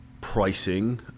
pricing